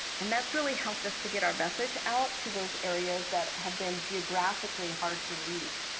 and that's really helped us to get our message out to those areas that have been geographically hard to reach.